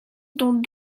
dont